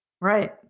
Right